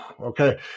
okay